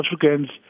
Africans